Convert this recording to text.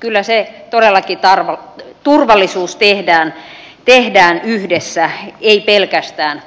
kyllä todellakin turvallisuus tehdään yhdessä ei pelkästään